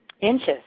inches